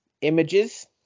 images